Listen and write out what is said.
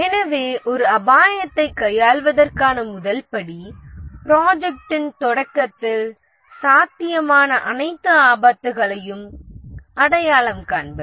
எனவே ஒரு அபாயத்தை கையாள்வதற்கான முதல் படி ப்ராஜெக்ட்டின் தொடக்கத்தில் சாத்தியமான அனைத்து ஆபத்துகளையும் அடையாளம் காண்பது